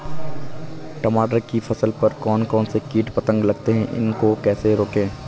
टमाटर की फसल पर कौन कौन से कीट पतंग लगते हैं उनको कैसे रोकें?